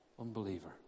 unbeliever